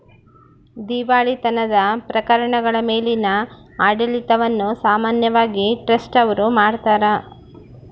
ದಿವಾಳಿತನದ ಪ್ರಕರಣಗಳ ಮೇಲಿನ ಆಡಳಿತವನ್ನು ಸಾಮಾನ್ಯವಾಗಿ ಟ್ರಸ್ಟಿ ಅವ್ರು ಮಾಡ್ತಾರ